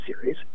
series